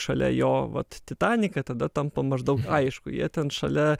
šalia jo vat titaniką tada tampa maždaug aišku jie ten šalia